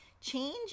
change